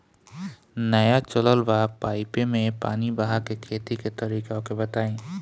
नया चलल बा पाईपे मै पानी बहाके खेती के तरीका ओके बताई?